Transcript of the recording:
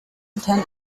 attend